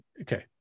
Okay